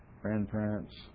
grandparents